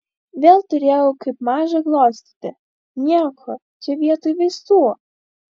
vėl turėjau kaip mažą glostyti nieko čia vietoj vaistų